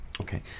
Okay